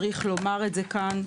צריך לומר זאת כאן.